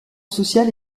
sociale